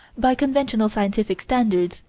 by conventional scientific standards,